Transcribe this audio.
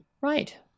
right